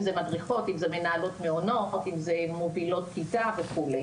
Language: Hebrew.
אם זה מדריכות, מנהלות מעונות, מפעילות כיתה וכו'.